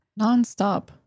Nonstop